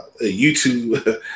YouTube